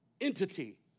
entity